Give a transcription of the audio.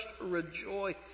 rejoice